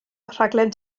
rhaglen